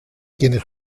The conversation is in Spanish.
quienes